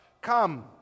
come